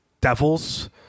devils